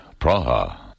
Praha